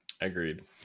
agreed